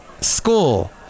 school